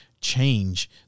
change